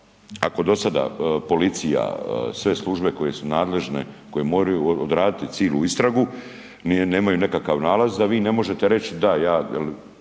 ako do sada policija, sve službe koje su nadležne koje moraju odraditi cilu istragu nemaju nekakav nalaz da vi ne možete reć, da ja